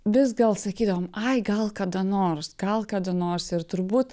vis gal sakydavom ai gal kada nors gal kada nors ir turbūt